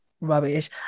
rubbish